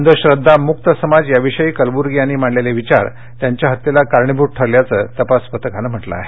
अंधश्रद्वामुक्त समाज याविषयी कलबुर्गी यांनी मांडलेले विचार त्यांच्या हत्येला कारणीभूत ठरल्याचं तपास पथकानं म्हटलं आहे